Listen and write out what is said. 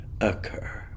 occur